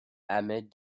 ahmed